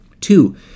Two